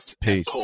Peace